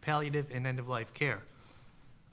palliative, and end-of-life care.